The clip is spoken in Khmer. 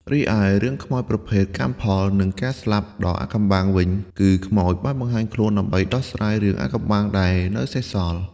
រីឯរឿងខ្មោចប្រភេទ កម្មផល និងការស្លាប់ដ៏អាថ៌កំបាំងវិញ គឺខ្មោចបានបង្ហាញខ្លួនដើម្បីដោះស្រាយរឿងអាថ៌កំបាំងដែលនៅសេសសល់។